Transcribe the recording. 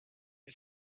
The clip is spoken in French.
une